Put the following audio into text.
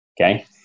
Okay